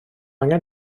angen